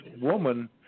woman